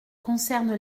concerne